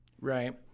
Right